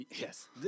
Yes